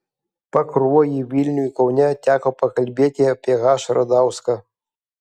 pakruojy vilniuj kaune teko pakalbėti apie h radauską